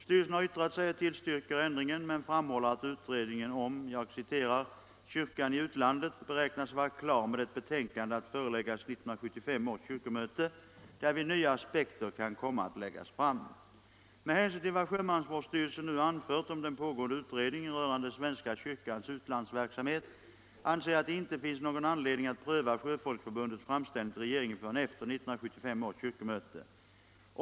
Styrelsen har yttrat sig och tillstyrker ändringen men framhåller att utredningen om ”Kyrkan i utlandet” beräknas vara klar med ett betänkande att föreläggas 1975 års kyrkomöte, därvid nya aspekter kan komma att läggas fram. Med hänsyn till vad sjömansvårdsstyrelsen nu anfört om den pågående utredningen rörande svenska kyrkans utlandsverksamhet anser jag att det inte finns någon anledning att pröva Sjöfolksförbundets framställning till regeringen förrän efter 1975 års kyrkomöte.